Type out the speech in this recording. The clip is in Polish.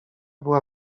była